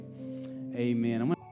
Amen